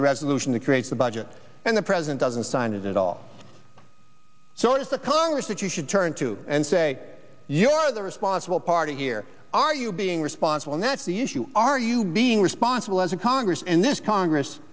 the resolution to create budget and the president doesn't sign it at all so it is the congress that you should turn to and say you are the responsible party here are you being responsible and that's the issue are you being responsible as a congress and this congress